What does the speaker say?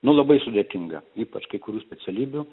nu labai sudėtinga ypač kai kurių specialybių